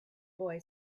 boy